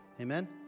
amen